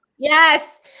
Yes